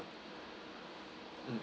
mm